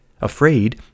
Afraid